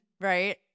right